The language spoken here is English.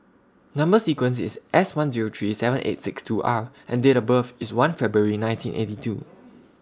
Number sequence IS S one Zero three seven eight six two R and Date of birth IS one February nineteen eighty two